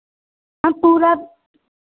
हम पूरा